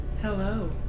Hello